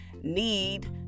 need